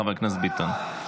חבר הכנסת ביטן,